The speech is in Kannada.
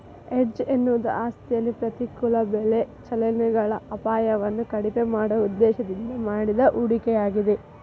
ಹೆಡ್ಜ್ ಎನ್ನುವುದು ಆಸ್ತಿಯಲ್ಲಿ ಪ್ರತಿಕೂಲ ಬೆಲೆ ಚಲನೆಗಳ ಅಪಾಯವನ್ನು ಕಡಿಮೆ ಮಾಡುವ ಉದ್ದೇಶದಿಂದ ಮಾಡಿದ ಹೂಡಿಕೆಯಾಗಿದೆ